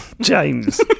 James